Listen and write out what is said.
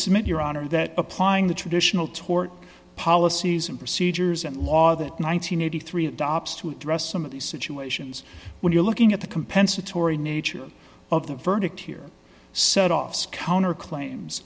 submit your honor that applying the traditional tort policies and procedures and law that nine hundred and eighty three adopts to address some of these situations when you're looking at the compensatory nature of the verdict here set offs counterclaims